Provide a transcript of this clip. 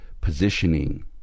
positioning